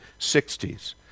60s